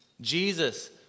Jesus